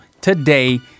today